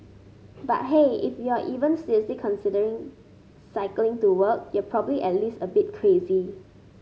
but hey if you're even seriously considering cycling to work you're probably at least a bit crazy